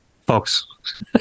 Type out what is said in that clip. folks